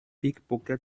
pickpocket